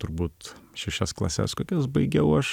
turbūt šešias klases kokias baigiau aš